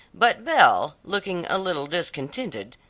but belle, looking a little discontented,